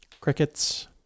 Crickets